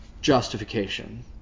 justification